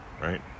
Right